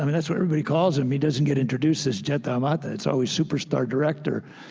i mean that's what everybody calls him. he doesn't get introduced as jeta amata. it's always superstar director,